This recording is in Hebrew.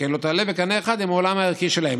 שכן לא תעלה בקנה אחד עם העולם הערכי שלהם.